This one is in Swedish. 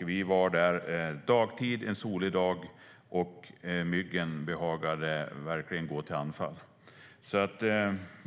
Vi var där på dagtid en solig dag, och myggen behagade verkligen gå till anfall.